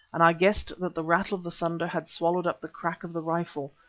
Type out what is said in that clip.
and i guessed that the rattle of the thunder had swallowed up the crack of the rifle,